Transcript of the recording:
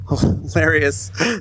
hilarious